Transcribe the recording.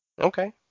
Okay